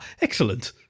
excellent